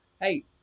Hey